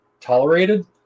tolerated